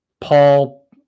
Paul